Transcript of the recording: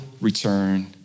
return